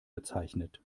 bezeichnet